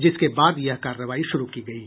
जिसके बाद यह कार्रवाई शुरू की गयी